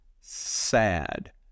sad